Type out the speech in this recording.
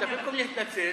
תקום להתנצל.